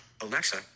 Alexa